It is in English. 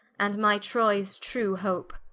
and my troyes true hope